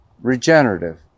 regenerative